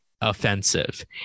offensive